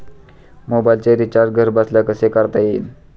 मोबाइलचे रिचार्ज घरबसल्या कसे करता येईल?